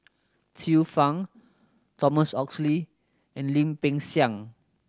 Xiu Fang Thomas Oxley and Lim Peng Siang